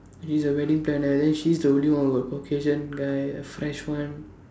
he's a wedding planner then she's the only one with a Caucasian guy a French one